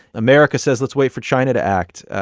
america says, let's wait for china to act.